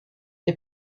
les